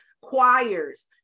choirs